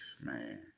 man